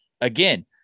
again